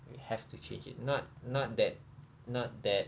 we have to change it not not that not that